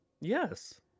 yes